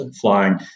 flying